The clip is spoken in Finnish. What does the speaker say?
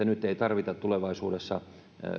nyt ei tarvita tulevaisuudessa